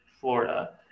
Florida